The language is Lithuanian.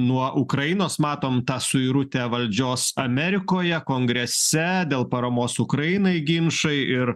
nuo ukrainos matom tą suirutę valdžios amerikoje kongrese dėl paramos ukrainai ginčai ir